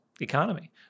economy